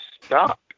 stop